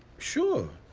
sure.